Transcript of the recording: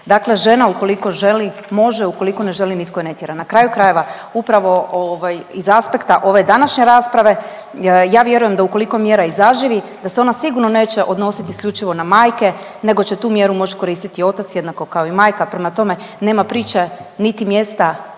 Dakle žena ukoliko želi može ukoliko ne želi nitko ju ne tjera. Na kraju krajeva, upravo ovaj iz aspekta ove današnje rasprave ja vjerujem da ukoliko mjera i zaživi, da se ona sigurno neće odnositi isključivo na majke nego će tu mjeru moći koristiti i otac jednako kao i majka. Prema tome nema priče niti mjesta